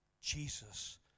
Jesus